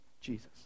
Jesus